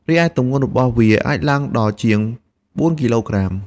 រីឯទម្ងន់របស់វាអាចឡើងដល់ជាង ៤ គីឡូក្រាម។